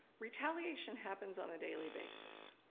retaliation happens on a daily basis,